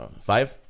Five